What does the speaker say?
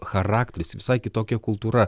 charakteris visai kitokia kultūra